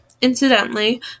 incidentally